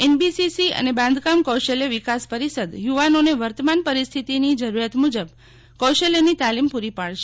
NBCC અને બાંધકામ કૌશલ્ય વિકાસ પરિષદ યુવાનોને વર્તમાન પરિસ્થિતિની જરૂરિયાત મુજબ કૌશલ્યની તાલીમ પૂરી પાડશે